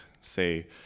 say